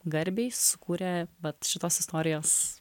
garbei sukūrė vat šitos istorijos